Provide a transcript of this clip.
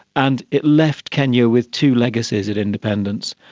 and it left kenya with two legacies at independence.